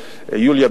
יוליה,